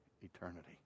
eternity